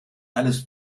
eines